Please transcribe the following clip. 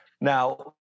Now